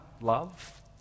love